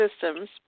systems